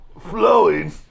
flowing